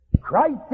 Christ